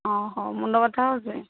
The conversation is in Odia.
ହଉ ମୁଣ୍ଡ ବଥା ହଉଛି